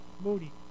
Moody